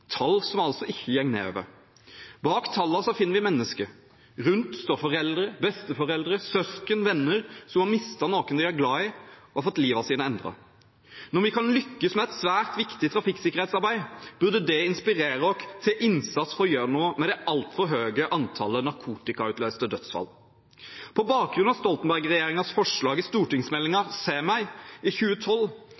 tall som altså ikke går ned. Bak tallene finner vi mennesker. Rundt står foreldre, besteforeldre, søsken og venner, som har mistet noen de er glad i, og har fått livene sine endret. Når vi kan lykkes med et svært viktig trafikksikkerhetsarbeid, burde det inspirere oss til innsats for å gjøre noe med det altfor høye antallet narkotikautløste dødsfall. På bakgrunn av Stoltenberg-regjeringens forslag i